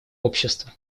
общества